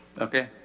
Okay